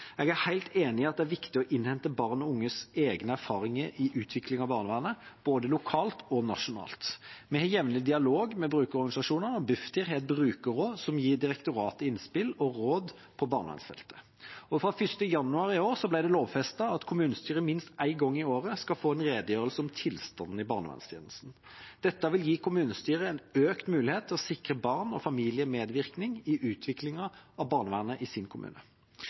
Jeg er helt enig i at det er viktig å innhente barn og unges egne erfaringer i utviklingen av barnevernet, både lokalt og nasjonalt. Vi har jevnlig dialog med brukerorganisasjoner, og Bufdir har et brukerråd som gir direktoratet innspill og råd på barnevernsfeltet. Fra 1. januar i år ble det lovfestet at kommunestyret minst en gang i året skal få en redegjørelse om tilstanden i barnevernstjenesten. Dette vil gi kommunestyret en økt mulighet til å sikre barn og familien medvirkning i utviklingen av barnevernet i sin kommune.